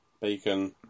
Bacon